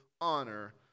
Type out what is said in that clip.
honor